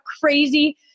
crazy